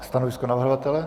Stanovisko navrhovatele?